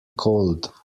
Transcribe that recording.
cold